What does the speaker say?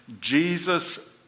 Jesus